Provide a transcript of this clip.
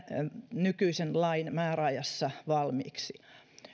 nykyisen lain määräajassa valmiiksi